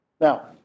Now